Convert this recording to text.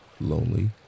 lonely